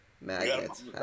magnets